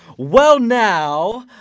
well now